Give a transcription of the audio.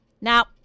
Now